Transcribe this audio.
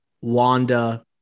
Wanda